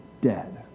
dead